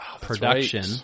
production